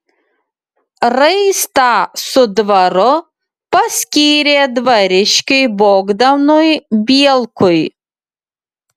raistą su dvaru paskyrė dvariškiui bogdanui bielkui